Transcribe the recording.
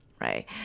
right